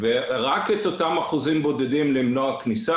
אנחנו יכולים רק מאותם אחוזים בודדים למנוע כניסה.